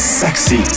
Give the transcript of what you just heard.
sexy